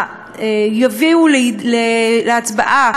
יביאו להצבעה,